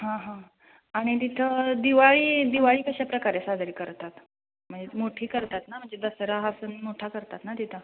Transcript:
हां हां आणि तिथं दिवाळी दिवाळी कशाप्रकारे साजरी करतात म्हणजे मोठी करतात ना म्हणजे दसरा हा सण मोठा करतात ना तिथं